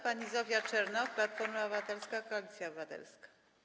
Pani poseł Zofia Czernow, Platforma Obywatelska - Koalicja Obywatelska.